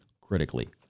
critically